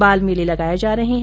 बाल मेले लगाये जा रहे है